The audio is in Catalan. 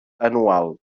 anual